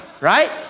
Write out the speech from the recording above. Right